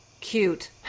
cute